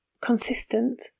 consistent